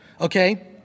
okay